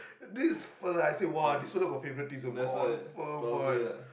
this fellow I saw !wow! this fellow got favouritism confirm one